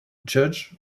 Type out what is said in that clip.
judge